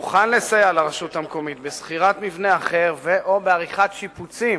מוכן לסייע לרשות המקומית בשכירת מבנה אחר ו/או בעריכת שיפוצים